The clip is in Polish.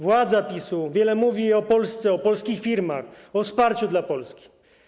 Władza PiS-u wiele mówi o Polsce, o polskich firmach, o wsparciu dla Polski.